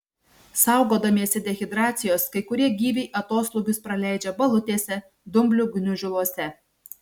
saugodamiesi dehidracijos kai kurie gyviai atoslūgius praleidžia balutėse dumblių gniužuluose